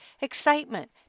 excitement